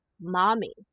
mommy